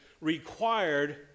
required